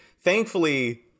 thankfully